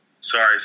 Sorry